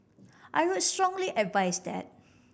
I would strongly advise that